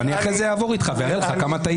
אני אחרי זה אעבור איתך ואראה לך כמה טעית.